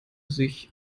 sich